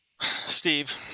steve